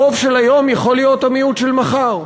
הרוב של היום יכול להיות המיעוט של מחר,